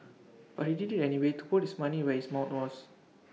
but he did IT anyway to put his money where his mouth was